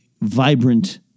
vibrant